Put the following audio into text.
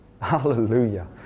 Hallelujah